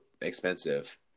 expensive